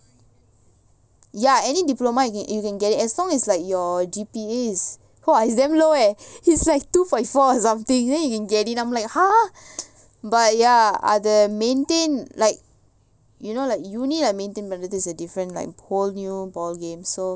ya any diploma you can you can get it as long as like your G_P_A is !wah! it's damn low eh it's like two point four or something then you can get it I'm like !huh! but ya அத:adha like you know like uni is different like whole new ball game so